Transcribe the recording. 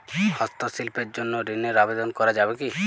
হস্তশিল্পের জন্য ঋনের আবেদন করা যাবে কি?